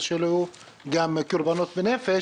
לאור בקשות של חברי הוועדה,